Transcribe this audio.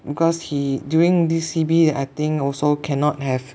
because he during this C_B I think also cannot have